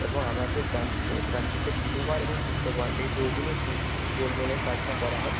এবং আমাদের ব্রাঞ্চে ব্রাঞ্চেতে বুধবার এবং শুক্রবার এই দু দিনই গোল্ড গোল্ড লোনের কাজটা করা হয়